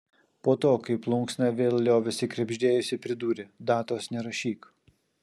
po to kai plunksna vėl liovėsi krebždėjusi pridūrė datos nerašyk